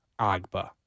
Agba